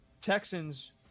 Texans